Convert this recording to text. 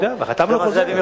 אני יודע, וחתמנו חוזה.